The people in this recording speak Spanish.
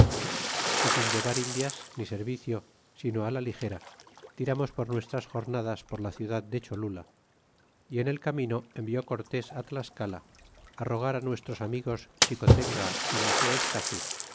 sin llevar indias ni servicio sino la ligera tiramos por nuestras jornadas por la ciudad de cholula y en el camino envió cortés tlascala á rogar nuestros amigos xicotenga y maseescaci é